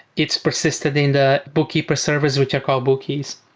it's persisted in the bookkeeper service, which are called bookies.